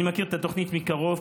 אני מכיר את התוכנית מקרוב,